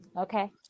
Okay